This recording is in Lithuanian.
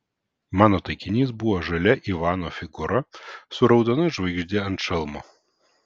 mano taikinys buvo žalia ivano figūra su raudona žvaigžde ant šalmo